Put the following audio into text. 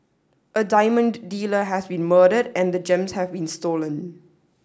a diamond dealer has been murdered and the gems have been stolen